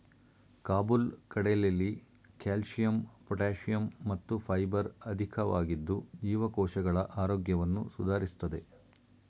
ಕಾಬುಲ್ ಕಡಲೆಲಿ calcium potassium ಮತ್ತು fibre ಅಧಿಕವಾಗಿದ್ದು ಜೀವಕೋಶಗಳ ಆರೋಗ್ಯವನ್ನು ಸುಧಾರಿಸ್ತದೆ